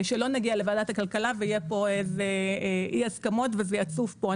כך שלא נגיע לוועדת הכלכלה ויהיו פה אי הסכמות וזה יצוף פה.